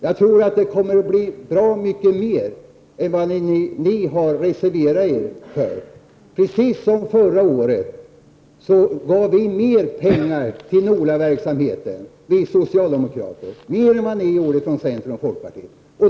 Jag tror att det kommer att bli rejält mycket mer pengar än vad ni från centern och folkpartiet har reserverat er för. Det är precis som förra året då vi socialdemokrater ville anslå mer pengar till NOLA-verksamheten än vad centern och folkpartiet föreslog.